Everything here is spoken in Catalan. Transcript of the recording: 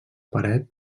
paret